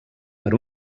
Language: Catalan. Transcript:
per